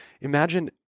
Imagine